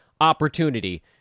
opportunity